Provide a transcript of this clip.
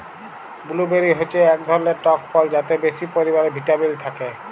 blueberry হচ্যে এক ধরলের টক ফল যাতে বেশি পরিমালে ভিটামিল থাক্যে